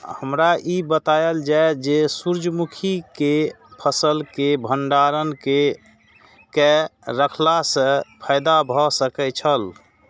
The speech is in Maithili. हमरा ई बतायल जाए जे सूर्य मुखी केय फसल केय भंडारण केय के रखला सं फायदा भ सकेय छल?